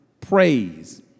praise